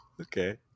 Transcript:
okay